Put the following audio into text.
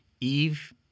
Eve